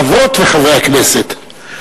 חברות וחברי הכנסת,